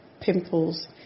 pimples